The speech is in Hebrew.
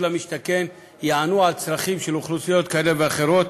למשתכן יענה על צרכים של אוכלוסיות כאלה ואחרות.